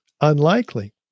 Unlikely